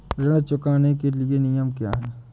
ऋण चुकाने के नियम क्या हैं?